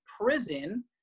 prison